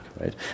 right